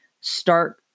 start